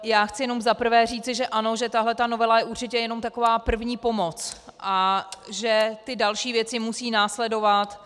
Já chci jenom za prvé říci, že ano, že tahle ta novela je určitě jenom taková první pomoc a že ty další věci musí následovat.